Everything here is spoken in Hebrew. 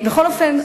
בכל אופן,